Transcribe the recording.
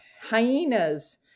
hyenas